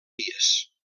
dies